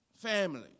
family